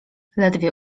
ledwie